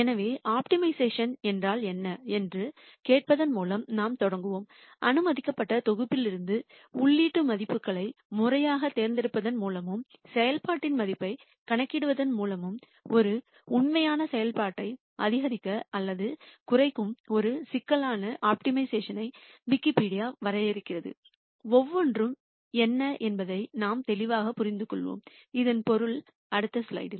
எனவே ஆப்டிமைசேஷன் என்றால் என்ன என்று கேட்பதன் மூலம் நாம் தொடங்குவோம் அனுமதிக்கப்பட்ட தொகுப்பிலிருந்து உள்ளீட்டு மதிப்புகளை முறையாகத் தேர்ந்தெடுப்பதன் மூலமும் செயல்பாட்டின் மதிப்பைக் கணக்கிடுவதன் மூலமும் ஒரு உண்மையான செயல்பாட்டை அதிகரிக்க அல்லது குறைக்கும் ஒரு சிக்கலாக ஆப்டிமைசேஷன்ஐ விக்கிபீடியா வரையறுக்கிறது ஒவ்வொன்றும் என்ன என்பதை நாம் தெளிவாக புரிந்துகொள்வோம் இதன் பொருள் அடுத்த ஸ்லைடில்